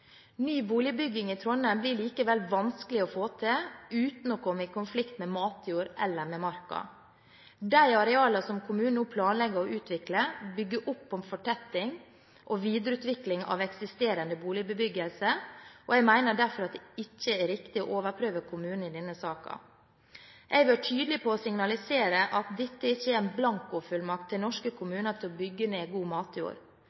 Ny boligbygging i Trondheim blir likevel vanskelig å få til uten å komme i konflikt med matjord eller med marka. De arealene kommunen nå planlegger å utvikle, bygger opp om fortetting og videreutvikling av eksisterende boligbebyggelse. Jeg mener derfor at det ikke er riktig å overprøve kommunen i denne saken. Jeg har vært tydelig på å signalisere at dette ikke er en blankofullmakt til norske